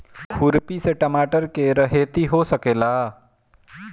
खुरपी से टमाटर के रहेती हो सकेला?